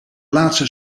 laatste